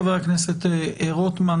חבר הכנסת רוטמן.